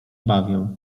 bawię